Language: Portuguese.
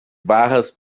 barras